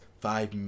five